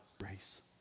grace